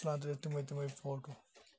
تِمے تِمے فوٹو